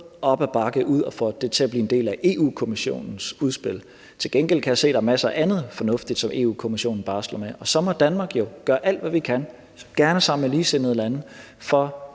op ad bakke at få det til at blive en del af Europa-Kommissionens udspil. Til gengæld kan jeg se, der er masser af andet fornuftigt, som Europa-Kommissionen barsler med. Og så må Danmark jo gøre alt, hvad vi kan – gerne sammen med ligesindede lande – for